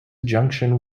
junction